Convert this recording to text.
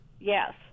Yes